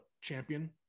champion